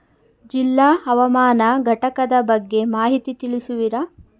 ಜಿಲ್ಲಾ ಹವಾಮಾನ ಘಟಕದ ಬಗ್ಗೆ ಮಾಹಿತಿ ತಿಳಿಸುವಿರಾ?